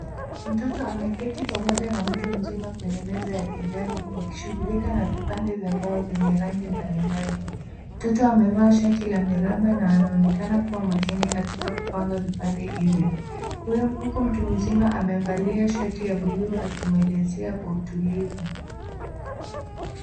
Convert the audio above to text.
Mtoto ameketi pamoja na mtu mzima kwenye meza ya kijani wakishugulika na vipande vya mbao vyenye rangi mbalimbali. Mtoto amevaa shati la miraba na anaonekana kuwa makini katika kupanga vipande hivyo, huku mtu mzima amevalia shati ya buluu akimwelezea kwa utulivu.